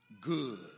good